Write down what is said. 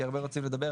כי הרבה רוצים לדבר,